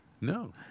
No